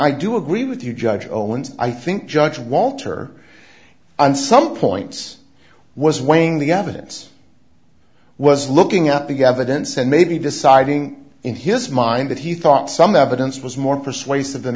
i do agree with you judge owens i think judge walter on some points was weighing the evidence was looking at together dence and maybe deciding in his mind that he thought some evidence was more